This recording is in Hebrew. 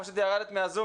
פשוט ירדת מהזום,